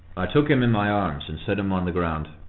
i took him in my arms, and set him on the ground.